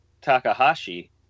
Takahashi